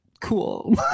Cool